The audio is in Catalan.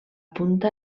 punta